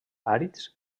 àrids